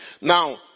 Now